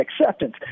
acceptance